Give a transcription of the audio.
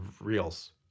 reels